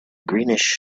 greenish